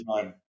time